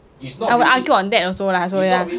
I will argue on that also lah so ya